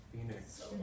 Phoenix